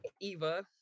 Eva